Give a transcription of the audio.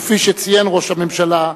כפי שציין ראש הממשלה,